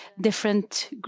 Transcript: different